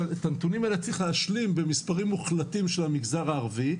שאת הנתונים האלה צריך להשלים במספרים מוחלטים של המגזר הערבי,